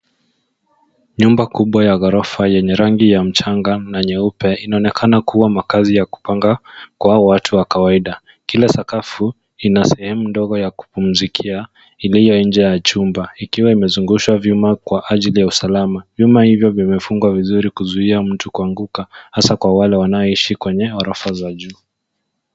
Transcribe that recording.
Nyumba kubwa ya gorofa yenye rangi ya mchanga na nyeupe inaonekana kuwa makazi ya kupanga kwa watu wa kawaida. kila sakafu inasehemu ndogo ya kupumzikia iliyo nje ya chumba ikiwa imezungushwa vyuma kwa ajili ya usalama. Vyuma hivi vimefungwa vizuri kuzuia mtu kuanguka hasa kwa wale wanaoishi kwenye orofa za juu.